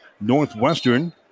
Northwestern